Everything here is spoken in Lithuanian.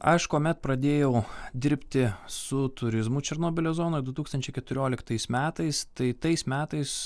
aš kuomet pradėjau dirbti su turizmu černobylio zonoj du tūkstančiai keturioliktais metais tai tais metais